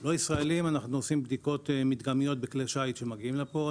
לא ישראלים אנחנו עושים בדיקות מדגמיות בכלי שיט שמגיעים לפה.